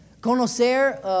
Conocer